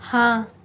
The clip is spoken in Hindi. हाँ